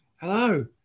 Hello